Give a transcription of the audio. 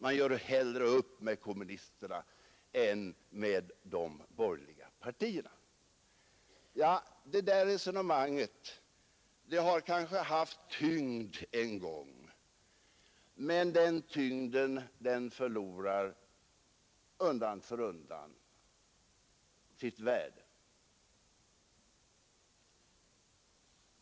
De gör hellre upp med kommunisterna än med de borgerliga partierna. Ja, det där resonemanget har kanske haft tyngd en gång, men det förlorar undan för undan sitt värde.